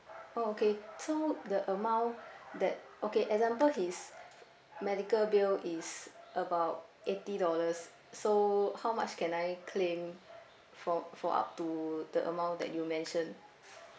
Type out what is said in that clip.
oh okay so the amount that okay example his medical bill is about eighty dollars so how much can I claim from for up to the amount that you mentioned